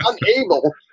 unable